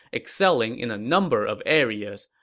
excelling in a number of areas.